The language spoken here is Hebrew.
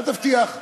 אל תבטיח,